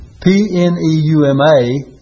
P-N-E-U-M-A